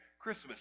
Christmas